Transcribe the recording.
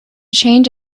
change